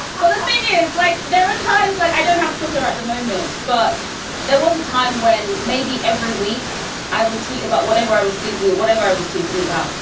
um the thing is, like there are times like i don't have twitter at the moment, but there was a time when maybe every week i would tweet about. i was thinking of whatever i was tweeting about.